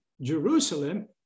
Jerusalem